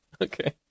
Okay